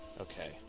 Okay